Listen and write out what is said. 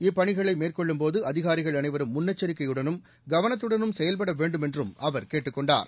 இப்பணிகளை மேற்கொள்ளும் போது அதிகாரிகள் அனைவரும் முன்னெச்சரிக்கையுடனும் கவனத்துடனும் செயல்பட வேண்டும் என்றும் அவர் கேட்டுக் கொண்டார்